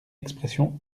expression